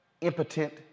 impotent